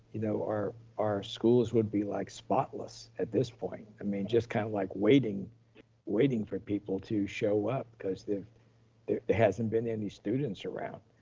you know, our our schools would be like spotless at this point. i mean, just kind of like waiting waiting for people to show up, cause there there hasn't been any students around.